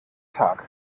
tag